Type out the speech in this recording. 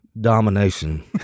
domination